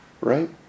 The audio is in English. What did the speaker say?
Right